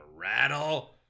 rattle